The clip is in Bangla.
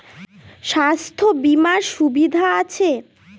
স্বাস্থ্য বিমার সুবিধা আছে?